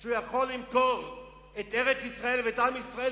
שהוא יכול למכור את ארץ-ישראל ואת עם ישראל